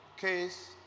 case